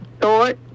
thought